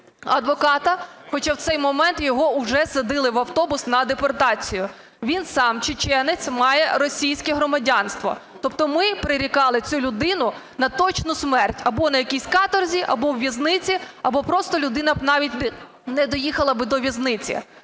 адвоката, хоча в цей момент його вже садили в автобус на депортацію. Він сам чеченець, має російське громадянство, тобто ми прирікали цю людину на точну смерть або на якійсь каторзі, або у в'язниці, або просто людина навіть не доїхала до в'язниці.